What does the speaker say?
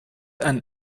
and